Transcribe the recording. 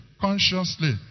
consciously